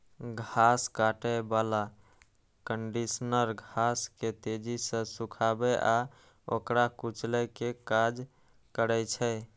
घास काटै बला कंडीशनर घास के तेजी सं सुखाबै आ ओकरा कुचलै के काज करै छै